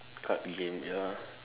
card game ya